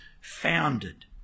founded